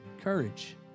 courage